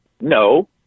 No